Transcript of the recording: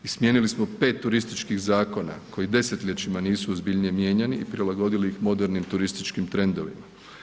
Izmijenili smo pet turističkih zakona koji desetljećima nisu ozbiljnije mijenjani i prilagodili ih modernim turističkim trendovima.